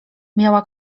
miała